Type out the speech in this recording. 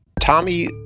Tommy